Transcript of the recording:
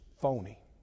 phony